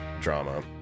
drama